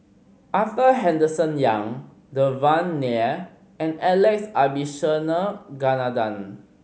Arthur Henderson Young Devan Nair and Alex Abisheganaden